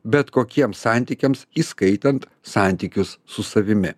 bet kokiem santykiams įskaitant santykius su savimi